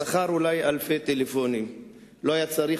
זכר אולי אלפי מספרי טלפונים ולא היה צריך